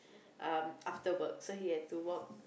uh after work so he had to walk